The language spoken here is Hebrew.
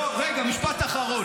לא, רגע, משפט אחרון.